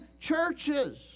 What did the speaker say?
churches